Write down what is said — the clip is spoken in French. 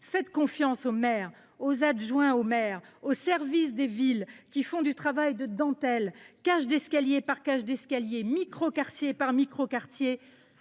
Faites confiance aux maires, à leurs adjoints, aux services des villes qui font du travail de dentelle, cage d’escalier par cage d’escalier, microquartier par microquartier,